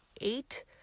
eight